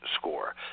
score